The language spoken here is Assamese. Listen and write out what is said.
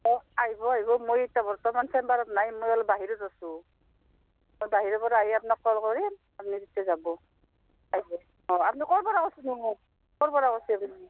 অঁ আহিব আহিব মই এতিয়া বৰ্তমান চেম্বাৰত নাই মই অলপ বাহিৰত আছোঁ মই বাহিৰৰ পৰা আহি আপোনাক কল কৰিম আপুনি তেতিয়া যাব আহ অঁ আপুনি ক'ৰ পৰা কৈছেনো মোক ক'ৰ পৰা কৈছে আপুনি